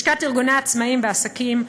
לשכת ארגוני העצמאים והעסקים,